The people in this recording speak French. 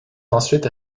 ensuite